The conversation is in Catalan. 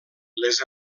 les